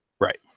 Right